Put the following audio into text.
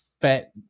fat